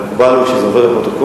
מקובל הוא שאחרי שזה עובר לפרוטוקול,